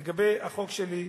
מציע פה לגבי החוק שלי,